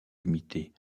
limitée